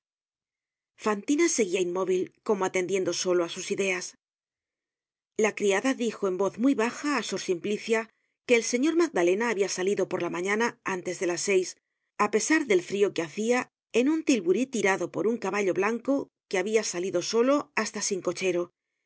fantina seguia inmóvil como atendiendo solo á sus ideas la criada dijo en voz muy baja á sor simplicia que el señor magdalena habia salido por la mañana antes de las seis á pesar del frio que hacia en un tilburí tirado por un caballo blanco que habia salido solo hasta sin cochero que